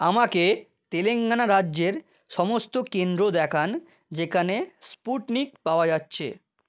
আমাকে তেলেঙ্গানা রাজ্যের সমস্ত কেন্দ্র দেখান যেখানে স্পুটনিক পাওয়া যাচ্ছে